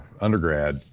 undergrad